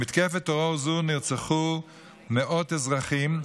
במתקפת טרור זו נרצחו מאות אזרחים,